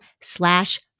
slash